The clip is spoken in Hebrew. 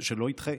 שלא ידחה.